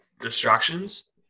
distractions